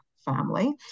family